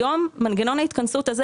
היום מנגנון ההתכנסות הזה,